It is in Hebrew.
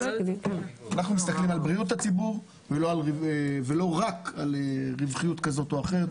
אנחנו מסתכלים על בריאות הציבור ולא רק על רווחיות כזאת או אחרת.